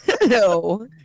No